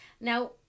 now